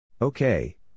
Okay